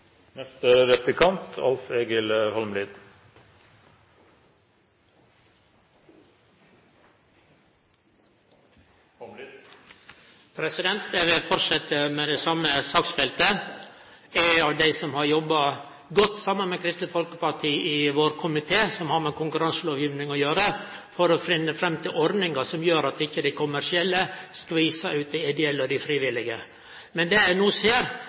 Eg vil fortsetje med det same saksfeltet. Eg er ein av dei som har jobba godt saman med Kristeleg Folkeparti i vår komité som har med konkurranselovgjeving å gjere, for å finne fram til ordningar som gjer at vi ikkje får eit skilje som skvisar ut dei ideelle og frivillige. Men det eg no ser,